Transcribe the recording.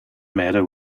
matter